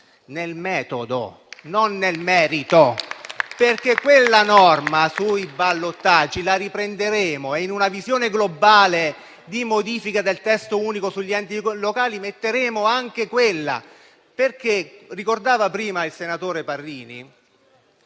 Nel metodo, non nel merito, perché quella norma sui ballottaggi la riprenderemo e, in una visione globale di modifica del testo unico degli enti locali, metteremo anche quella. Come ricordava prima il senatore Parrini,